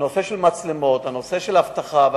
הוא הנושא של המצלמות והנושא של האבטחה: